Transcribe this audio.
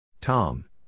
Tom